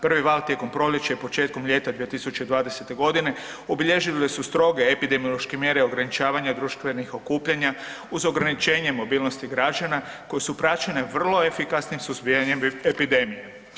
Prvi val tijekom proljeća i početkom ljeta 2020. g., obilježile su stroge epidemiološke mjere ograničavanja društvenih okupljanja uz ograničenje mobilnosti građana koje su praćene vrlo efikasnim suzbijanjem epidemije.